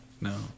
No